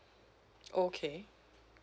okay